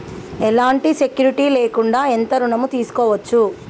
ఎలాంటి సెక్యూరిటీ లేకుండా ఎంత ఋణం తీసుకోవచ్చు?